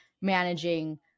managing